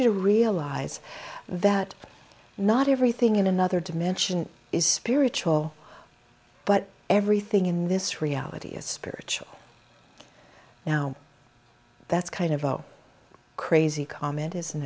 you to realize that not everything in another dimension is spiritual but everything in this reality is spiritual now that's kind of oh crazy comment isn't